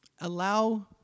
Allow